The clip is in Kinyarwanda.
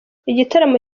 igitaramo